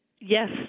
Yes